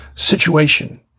situation